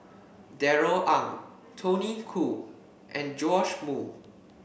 Darrell Ang Tony Khoo and Joash Moo